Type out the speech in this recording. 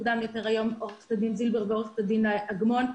עו"ד זילבר ועו"ד אגמון.